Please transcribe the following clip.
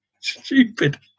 Stupid